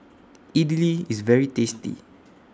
Idili IS very tasty